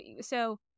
so-